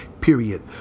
period